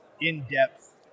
in-depth